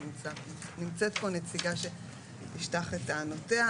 ונמצאת פה נציגה שתשטח את טענותיה.